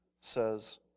says